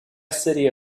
city